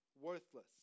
worthless